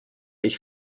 ich